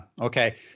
Okay